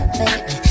baby